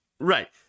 Right